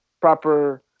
proper